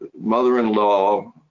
mother-in-law